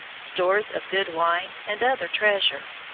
stores of good wine, and other treasure.